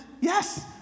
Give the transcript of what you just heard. Yes